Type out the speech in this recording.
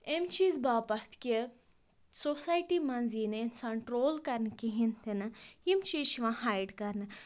اَمۍ چیٖز باپَتھ کہِ سوسایٹی منٛز یی نہٕ اِنسان ٹرٛول کرنہٕ کِہیٖنۍ تِنہٕ یِم چیٖز چھِ یِوان ہایِڈ کرنہٕ